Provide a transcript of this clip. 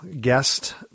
guest